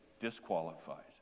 disqualifies